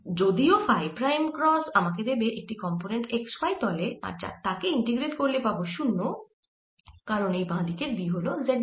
যদিও phi prime cross z আমাকে দেবে একটি কম্পোনেন্ট x y তলে আর তাকে ইন্টিগ্রেট করলে পাবো 0 কারণ এই বাঁ দিকের B হল z দিকে